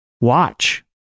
watch